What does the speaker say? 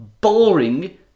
boring